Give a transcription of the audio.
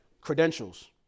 credentials